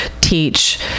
teach